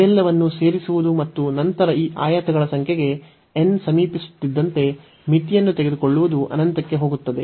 ಇವೆಲ್ಲವನ್ನೂ ಸೇರಿಸುವುದು ಮತ್ತು ನಂತರ ಈ ಆಯತಗಳ ಸಂಖ್ಯೆಗೆ n ಸಮೀಪಿಸುತ್ತಿದ್ದಂತೆ ಮಿತಿಯನ್ನು ತೆಗೆದುಕೊಳ್ಳುವುದು ಅನಂತಕ್ಕೆ ಹೋಗುತ್ತದೆ